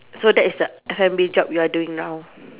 so that is the family job you are doing now